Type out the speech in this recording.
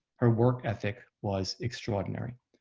her work ethic was extraordinary.